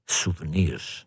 souvenirs